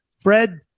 Fred